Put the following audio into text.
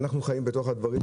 אנחנו חיים בתוך הדברים,